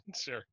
Sure